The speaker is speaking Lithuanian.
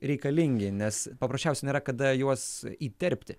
reikalingi nes paprasčiausia nėra kada juos įterpti